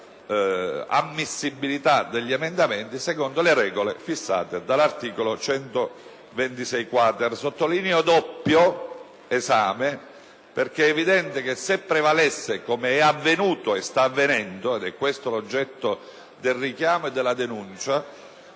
Sottolineo che l'esame è doppio perché è evidente che, se prevalesse (com'è avvenuto e sta avvenendo, ed è questo l'oggetto del richiamo e della denuncia)